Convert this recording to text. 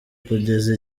kugeza